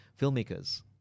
filmmakers